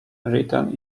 written